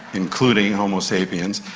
including homo sapiens.